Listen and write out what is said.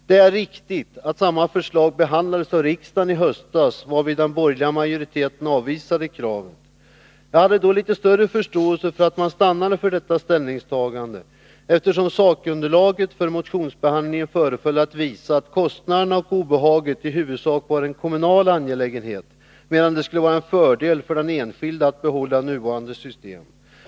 Det är riktigt att samma förslag behandlades av riksdagen i höstas, varvid den borgerliga majoriteten avvisade kravet. Jag hade då litet större förståelse för att man stannade vid detta ställningstagande, eftersom sakunderlaget för motionsbehandlingen föreföll visa att kostnaderna och obehaget i huvudsak var en kommunal angelägenhet, medan det skulle vara en fördel för den enskilde att behålla nuvarande system.